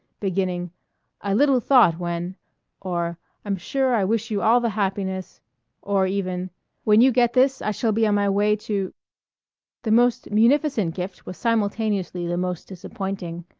beginning i little thought when or i'm sure i wish you all the happiness or even when you get this i shall be on my way to the most munificent gift was simultaneously the most disappointing.